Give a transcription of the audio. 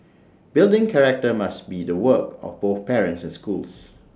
building character must be the work of both parents and schools